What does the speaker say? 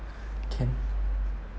can